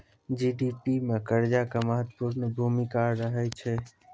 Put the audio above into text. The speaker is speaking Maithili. जी.डी.पी मे कर्जा के महत्वपूर्ण भूमिका रहै छै